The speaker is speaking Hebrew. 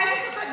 אין לי ספק בזה.